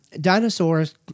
dinosaurs